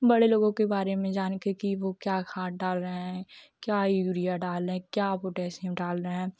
बड़े लोगों के बारे में जान के की वह क्या खाद डाल रहे हैं क्या उरिया डाल रहे क्या पोटेशियम डाल रहे हैं